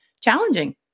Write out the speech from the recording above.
challenging